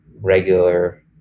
regular